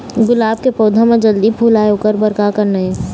गुलाब के पौधा म जल्दी फूल आय ओकर बर का करना ये?